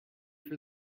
for